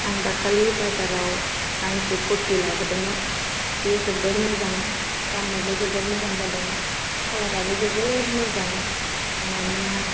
आं दाखालि बाजारनिफ्राय गांसे कुर्टि लाबोदोंमोन बेयो जोबोर मोजां गाननोबो जोबोर मोजां जादों कालार आबो जोबोर मोजां मानोना